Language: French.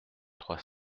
trois